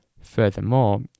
Furthermore